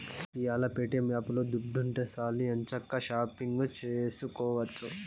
ఈ యేల ప్యేటియం యాపులో దుడ్డుంటే సాలు ఎంచక్కా షాపింగు సేసుకోవచ్చు